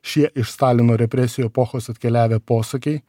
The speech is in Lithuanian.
šie iš stalino represijų epochos atkeliavę posakiai